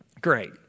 Great